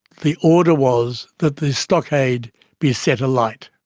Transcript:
the order was that the stockade be set alight.